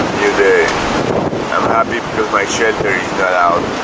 day i'm happy because my shelter